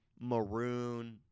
maroon